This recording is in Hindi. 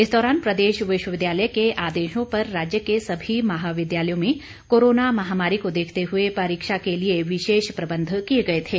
इस दौरान प्रदेश विश्वविद्यालय के आदेशों पर राज्य के सभी महाद्यालयों में कोरोना महामारी को देखते हुए परीक्षा के लिए विशेष प्रबंध किए गए थे